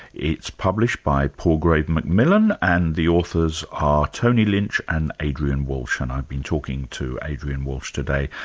it's published by palgrave mcmillan and the authors are tony lynch and adrian walsh and i've been talking to adrian walsh today.